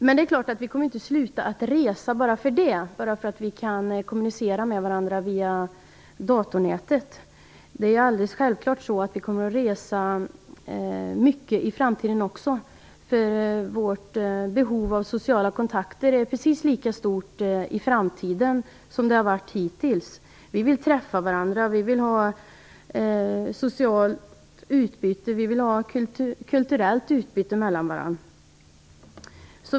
Men det är klart att vi inte kommer att sluta resa bara för att vi kan kommunicera med varandra via datornätet. Vi kommer självklart att resa mycket i framtiden också. Vårt behov av sociala kontakter kommer att vara precis lika stort i framtiden som det har varit hittills. Vi vill träffa varandra, vi vill ha ett socialt utbyte, och vi vill ha ett kulturellt utbyte med varandra.